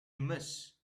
miss